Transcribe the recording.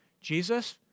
Jesus